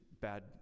Bad